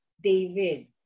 David